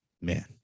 man